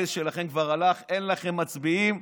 כי הבייס שלכם כבר הלך, אין לכם מצביעים,